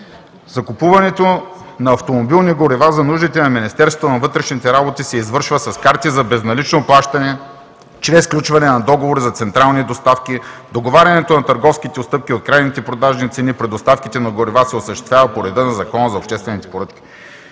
Закупуването на автомобилни горива за нуждите на Министерството на вътрешните работи се извършва с карти за безналично плащане чрез сключване на договор за централни доставки. Договарянето на търговските отстъпки от трайните търговски цени при доставките на горива се осъществява по реда на Закона за обществените поръчки.